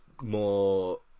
more